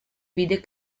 vide